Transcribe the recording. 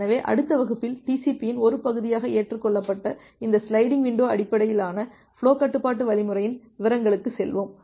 எனவே அடுத்த வகுப்பில் TCP இன் ஒரு பகுதியாக ஏற்றுக்கொள்ளப்பட்ட இந்த சிலைடிங் விண்டோ அடிப்படையிலான ஃபுலோ கட்டுப்பாட்டு வழிமுறையின் விவரங்களுக்கு செல்வோம்